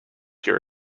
pure